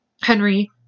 Henry